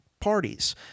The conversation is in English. parties